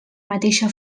mateixa